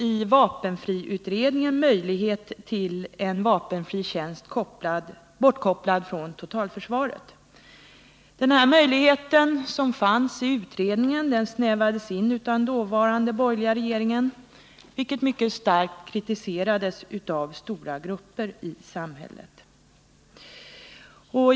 I vapenfriutredningen nämndes möjligheten till vapenfri tjänst frikopplad från totalförsvaret. Den här möjligheten snävades sedan in av den dåvarande borgerliga regeringen, vilket mycket starkt kritiserats av stora grupper i samhället.